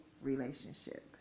relationship